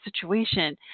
situation